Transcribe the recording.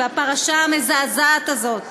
הפרשה המזעזעת הזאת,